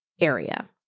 area